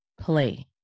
play